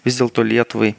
vis dėlto lietuvai